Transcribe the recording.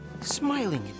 smiling